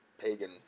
pagan